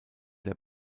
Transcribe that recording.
der